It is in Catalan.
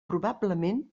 probablement